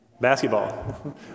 basketball